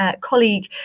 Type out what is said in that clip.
colleague